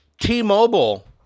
T-Mobile